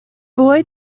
boy